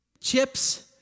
chips